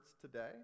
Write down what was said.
today